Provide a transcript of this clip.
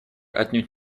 отнюдь